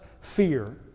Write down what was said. fear